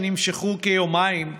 שנמשכו כיומיים,